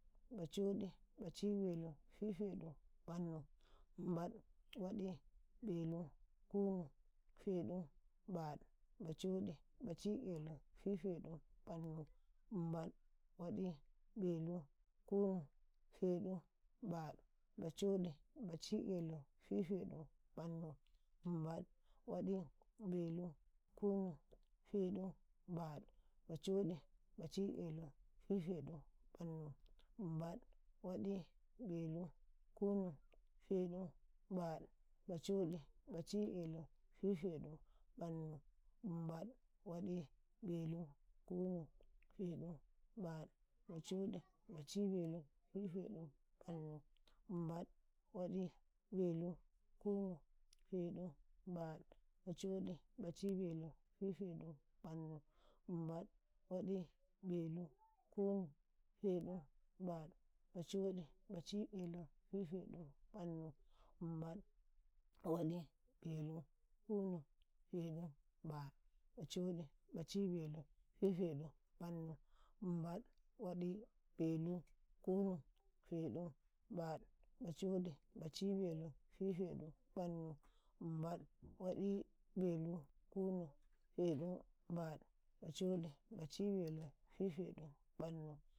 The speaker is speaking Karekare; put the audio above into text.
﻿bacoɗi, baci'elu, fifeɗu, bannu, himbaɗ, waɗi, belu, kunu, feɗu, baɗ, bacoɗi, baci'elu, fifeɗ, bannu, himbaɗ, waɗi, belu, baɗ, bacoɗi, baci'elu, fifeɗu, ɓannu, himbaɗ, waɗi, belu, kunu, fedu, baɗ, bacoɗi, baci'elu, fifeɗu, ɓannu, himbaɗ, waɗi, belu, kunu, feɗu, baɗ, bacoɗi, baci'elu, fifeɗu, ɓannu, himbaɗ, waɗi, belu, kunu, fedu, baɗ, bacoɗi, baci'elu, fifeɗu, ɓannu, himbaɗ, waɗi, belu, kunufeɗu, baɗ, bacoɗi, baci'elu, fifedu, bannu, himbaɗ, waɗi, belu, kunu, feɗu, baɗ, bacoɗi, baci'elu, fifeɗu, ɓannu, himbaɗ, waɗi, belu, kunu, feɗu, baɗ, bacoɗi, baci'elu, fifeɗu, ɓannu, waɗi, belu, kunu, feɗu, baɗ, bacoɗi, baci'elu, fifedu, bannu, himbaɗ, waɗi, belu, kunu, feɗu, baɗ, bacoɗi, baci'elu, fifeɗu, ɓannu.